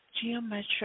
geometric